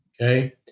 Okay